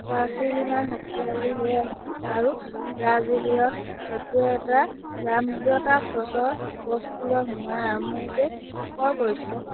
বাৰ্চিলোনাই শক্তিশালী হৈ আহিছিল আৰু ব্ৰাজিলিয়ান ডেকোয়ে এটা জাম্ব্ৰট্টা ক্ৰছক গ'লপোষ্টত সোমোৱাই আৰম্ভনিতেই স্ক'ৰ কৰছিল